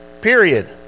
period